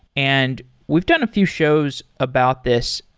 and we've done a few shows about this,